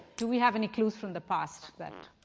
do we have any clues from the past that